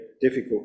difficult